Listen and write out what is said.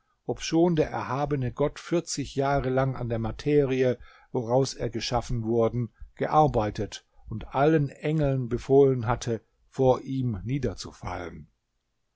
obschon der erhabene gott vierzig jahre lang an der materie woraus er geschaffen worden gearbeitet und allen engeln befohlen hatte vor ihm niederzufallen